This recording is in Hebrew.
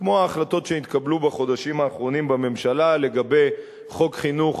כמו ההחלטות שנתקבלו בחודשים האחרונים בממשלה לגבי חוק חינוך